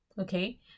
okay